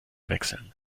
wechseln